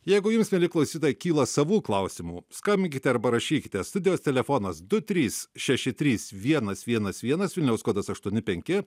jeigu jums mieli klausytojai kyla savų klausimų skambinkite arba rašykite studijos telefonas du trys šeši trys vienas vienas vienas vilniaus kodas aštuoni penki